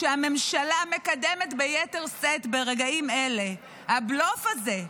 שהממשלה מקדמת ביתר שאת ברגעים אלה, הבלוף הזה,